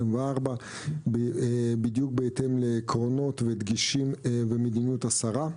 בדיוק בהתאם לעקרונות ודגשים ומדיניות השרה,